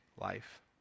life